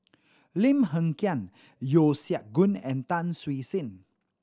Lim Hng Kiang Yeo Siak Goon and Tan Siew Sin